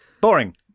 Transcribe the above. Boring